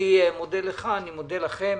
אני מודה לכולם.